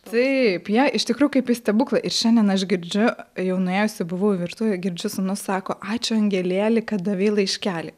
taip jie iš tikrųjų kaip į stebuklą ir šiandien aš girdžiu jau nuėjusi buvau į virtuvę girdžiu sūnus sako ačiū angelėli kad davei laiškelį